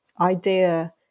idea